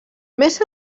més